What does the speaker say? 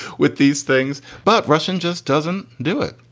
with these things. but russian just doesn't do it.